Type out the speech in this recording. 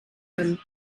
können